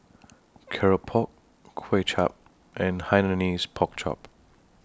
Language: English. Keropok Kuay Chap and Hainanese Pork Chop